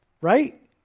Right